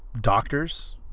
doctors